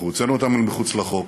אנחנו הוצאנו אותם אל מחוץ לחוק.